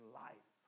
life